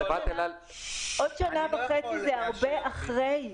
עוד שנה וחצי זה הרבה אחרי.